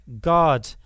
God